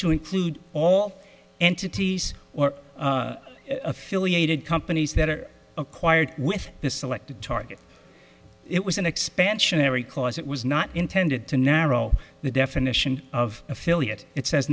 to include all entities or affiliated companies that are acquired with this selected target it was an expansionary clause it was not intended to narrow the definition of affiliate it says